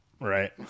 right